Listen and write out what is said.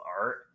art